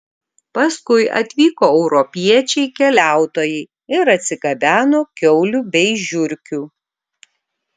paskui atvyko europiečiai keliautojai ir atsigabeno kiaulių bei žiurkių